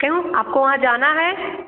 क्यों आपको वहाँ जाना है